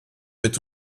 mit